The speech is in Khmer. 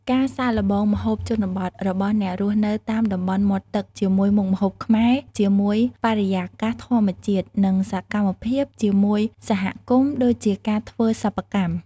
ការសាកល្បងម្ហូបជនបទរបស់អ្នករស់នៅតាមតំបន់មាត់ទឹកជាមួយមុខម្ហូបខ្មែរជាមួយបរិកាសធម្មជាតិ និងសកម្មភាពជាមួយសហគមន៍ដូចជាការធ្វើសិប្បកម្ម។